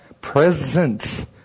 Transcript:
presence